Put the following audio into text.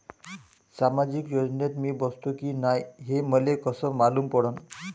सामाजिक योजनेत मी बसतो की नाय हे मले कस मालूम पडन?